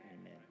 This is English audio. Amen